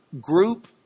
group